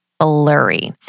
Blurry